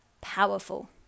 powerful